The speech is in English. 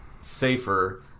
safer